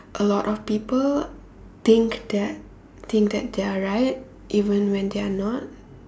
a lot of people think that think that they are right even when they are not